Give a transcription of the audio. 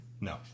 No